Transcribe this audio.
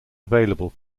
available